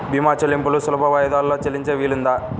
భీమా చెల్లింపులు సులభ వాయిదాలలో చెల్లించే వీలుందా?